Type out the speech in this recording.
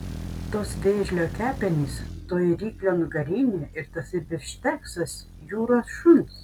tos vėžlio kepenys toji ryklio nugarinė ir tasai bifšteksas jūros šuns